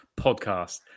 podcast